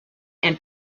and